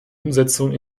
umsetzung